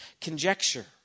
conjecture